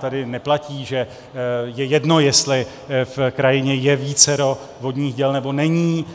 Tady neplatí, že je jedno, jestli v krajině je vícero vodních děl, nebo není,